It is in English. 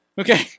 Okay